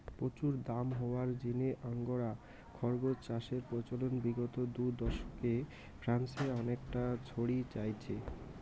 প্রচুর দাম হওয়ার জিনে আঙ্গোরা খরগোস চাষের প্রচলন বিগত দু দশকে ফ্রান্সে অনেকটা ছড়ি যাইচে